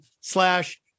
slash